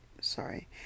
sorry